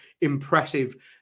impressive